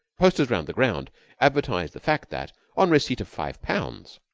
posters round the ground advertised the fact that, on receipt of five pounds,